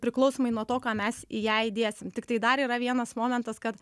priklausomai nuo to ką mes ją įdėsim tiktai dar yra vienas momentas kad